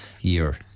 year